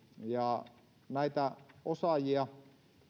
ja näitä osaajia